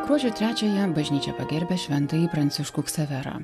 gruodžio trečiąją bažnyčia pagerbia šventąjį pranciškų ksaverą